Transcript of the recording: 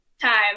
time